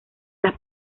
las